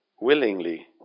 willingly